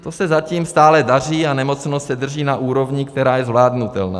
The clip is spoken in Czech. To se zatím stále daří a nemocnost se drží na úrovni, která je zvládnutelná.